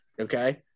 okay